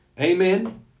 Amen